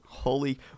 Holy